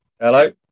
Hello